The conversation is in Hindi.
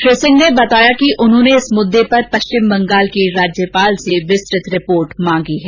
श्री सिंह ने बताया कि उन्होंने इस मुद्दे पर पश्चिम बंगाल के राज्यपाल से विस्तृत रिपोर्ट मांगी है